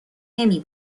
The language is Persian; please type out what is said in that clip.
نمی